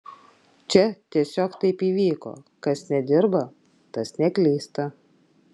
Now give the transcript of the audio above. čia tiesiog taip įvyko kas nedirba tas neklysta